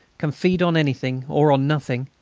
can feed on anything or on nothing,